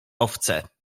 owce